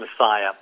Messiah